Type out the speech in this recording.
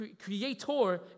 creator